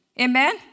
Amen